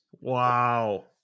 Wow